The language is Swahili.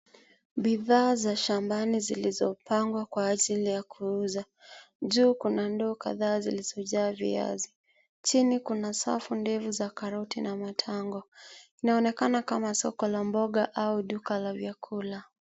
Bidhaa za shambani zilizopangwa kwa ajili ya kuuza. Juu kuna ndoo kadhaa zilizojaa viazi. Chini kuna safu ndefu za karoti na matango. Inaonekana kama soko la mboga au duka la vyakula.